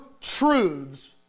truths